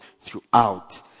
throughout